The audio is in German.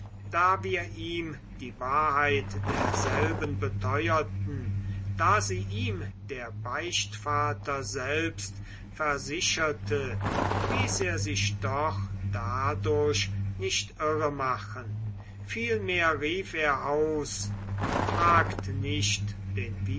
da wir ihm die wahrheit derselben beteuerten da sie ihm der beichtvater selbstversicherte ließ er sich doch dadurch nicht irremachen vielmehr rief er aus fragt nicht den